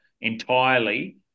entirely